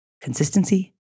consistency